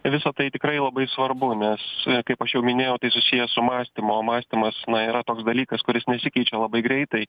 visa tai tikrai labai svarbu nes kaip aš jau minėjau tai susiję su mąstymo mąstymas yra toks dalykas kuris nesikeičia labai greitai